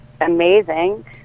amazing